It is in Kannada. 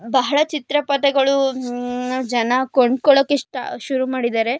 ಬಹಳ ಚಿತ್ರಪಟಗಳು ಜನ ಕೊಂಡ್ಕೊಳಕ್ಕೆ ಇಷ್ಟ ಶುರು ಮಾಡಿದ್ದಾರೆ